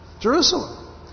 Jerusalem